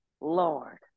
lord